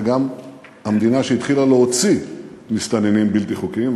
וגם שהמדינה התחילה להוציא מסתננים בלתי חוקיים.